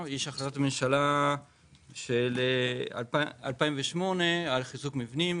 יש החלטת ממשלה מ-2008 לגבי חיזוק מבנים,